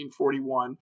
1941